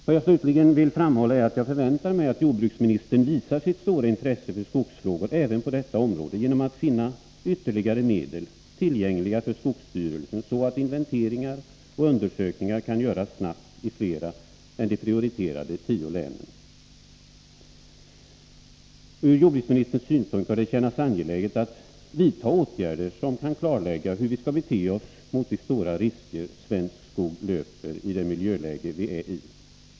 Vad jag slutligen vill framhålla är att jag förväntar mig att jordbruksministern visar sitt stora intresse för skogsfrågor även på detta område, genom att se till att ytterligare medel blir tillgängliga för skogsstyrelsen så att inventeringar och undersökningar kan göras snabbt i flera än de tio prioriterade länen. Ur jordbruksministerns synvinkel bör det kännas angeläget att vidta åtgärder som kan klarlägga hur vi skall bete oss gentemot de stora risker svensk skog löper i det miljöläge vi är i.